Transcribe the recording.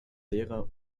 lehre